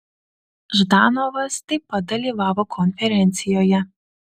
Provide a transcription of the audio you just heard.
ždanovas taip pat dalyvavo konferencijoje